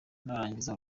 narangiza